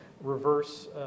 reverse